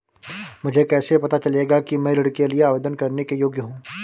मुझे कैसे पता चलेगा कि मैं ऋण के लिए आवेदन करने के योग्य हूँ?